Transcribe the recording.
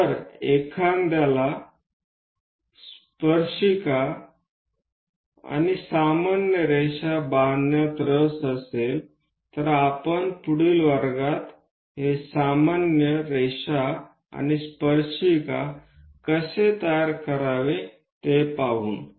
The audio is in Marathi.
जर एखाद्याला स्पर्शिका सामान्य रेषा बांधण्यात रस असेल तर आपण पुढील वर्गात हे सामान्य रेषा आणि स्पर्शिका कसे तयार करावे ते पाहू